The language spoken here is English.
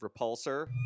repulsor